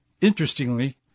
Interestingly